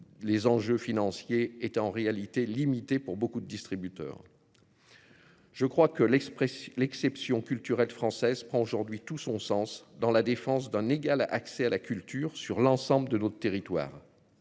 Les enjeux financiers est en réalité limitée pour beaucoup de distributeurs. Je crois que l'expression l'exception culturelle française prend aujourd'hui tout son sens dans la défense d'un égal accès à la culture sur l'ensemble de notre territoire.